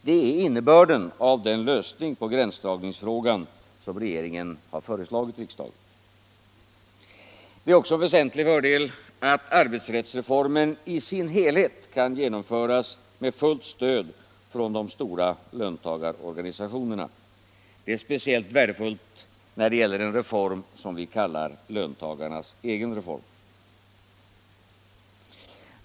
Det är innebörden av den lösning på gränsdragningsfrågan som regeringen har föreslagit riksdagen. Det är också en väsentlig fördel att arbetsrättsreformen i sin helhet kan genomföras med fullt stöd från de stora löntagarorganisationerna, speciellt eftersom det gäller en reform som vi kallar löntagarnas egen reform.